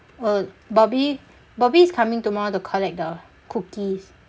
uh bobby bobby is coming tomorrow to collect the cookies